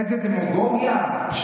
איזו דמגוגיה.